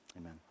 amen